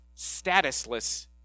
statusless